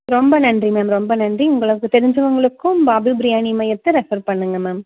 ரொம்ப நன்றி மேம் ரொம்ப நன்றி உங்களுக்கு தெரிஞ்சவங்களுக்கும் பாபு பிரியாணி மையத்தை ரெஃபர் பண்ணுங்கள் மேம்